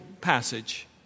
passage